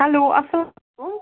hello اسلام علیکُم